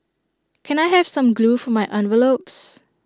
can I have some glue for my envelopes